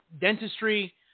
dentistry